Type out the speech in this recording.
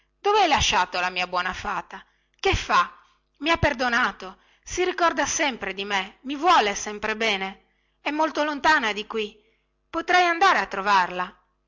dove hai lasciato la mia buona fata che fa i ha perdonato si ricorda sempre di me i vuol sempre bene è molto lontana da qui potrei andare a trovarla